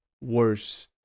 worse